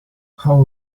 how